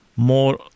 More